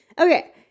Okay